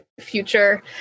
future